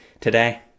today